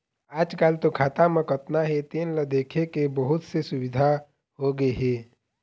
आजकाल तो खाता म कतना हे तेन ल देखे के बहुत से सुबिधा होगे हे